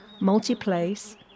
multi-place